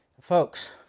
folks